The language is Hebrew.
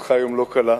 עבודתך היום לא קלה,